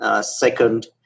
Second